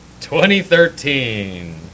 2013